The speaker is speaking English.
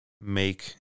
make